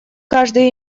каждый